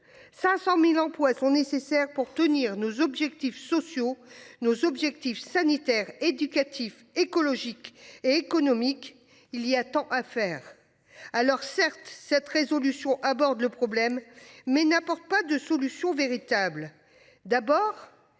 500.000 emplois sont nécessaires pour tenir nos objectifs sociaux nos objectifs sanitaires éducatif écologique et économique. Il y a tant à faire. Alors certes, cette résolution aborde le problème mais n'apporte pas de solutions véritables. D'abord